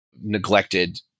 neglected